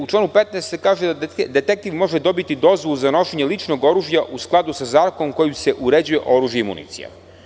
U članu 15. se kaže da detektiv može dobiti dozvolu za nošenje ličnog oružja u skladu sa zakonom kojim se uređuje oružje i municija.